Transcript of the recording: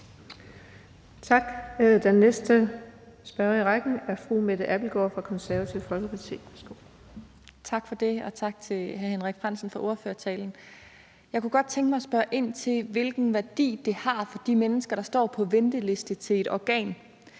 Tak. Den næste spørger i rækken er fru Mette Abildgaard fra Det Konservative Folkeparti. Værsgo. Kl. 16:19 Mette Abildgaard (KF): Tak for det, og tak til hr. Henrik Frandsen for ordførertalen. Jeg kunne godt tænke mig at spørge ind til, hvilken værdi det har for de mennesker, der står på venteliste til et organ,